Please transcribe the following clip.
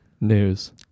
News